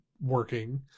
working